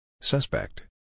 Suspect